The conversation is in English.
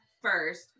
first